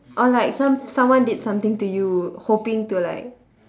or like some~ someone did something to you hoping to like